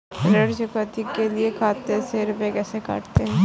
ऋण चुकौती के लिए खाते से रुपये कैसे कटते हैं?